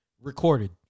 recorded